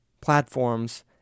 platforms